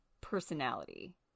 personality